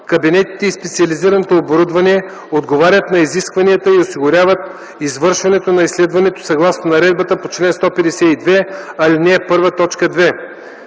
кабинетите и специализираното оборудване отговарят на изискванията и осигуряват извършването на изследването съгласно наредбата по чл. 152, ал. 1,